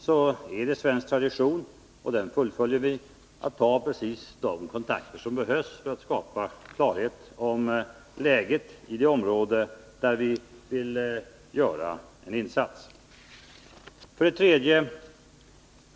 Det är svensk tradition — och den fullföljer vi — att ta precis de kontakter som behövs för att skapa klarhet om läget i det område där vi vill göra en insats. 3.